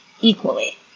equally